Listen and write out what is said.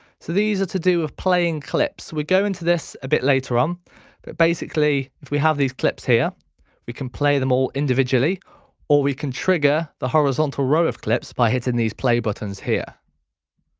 so these are to do with playing clips. we go into this a bit later on but basically if we have these clips here we can play them all individually or we can trigger the horizontal row of clips by hitting these play buttons here.